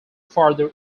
further